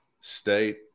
state